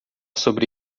sobre